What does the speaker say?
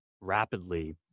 rapidly